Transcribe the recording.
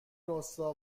راستا